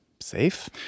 safe